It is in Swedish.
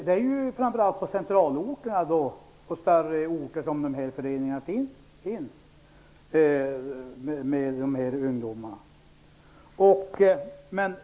Det är framför allt på större orter som dessa föreningar finns, med ungdomar.